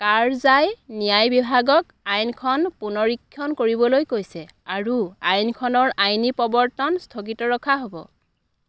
কাৰজাই ন্যায় বিভাগক আইনখন পুনৰীক্ষণ কৰিবলৈ কৈছে আৰু আইনখনৰ আইনী প্ৰৱৰ্তন স্থগিত ৰখা হ'ব